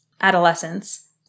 adolescence